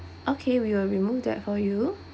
okay we will remove that for you